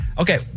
Okay